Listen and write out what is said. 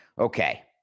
Okay